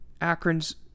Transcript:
Akron's